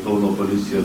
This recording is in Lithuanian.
kauno policija